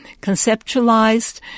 conceptualized